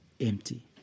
empty